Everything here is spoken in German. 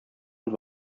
und